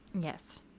Yes